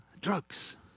Drugs